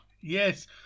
Yes